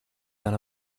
than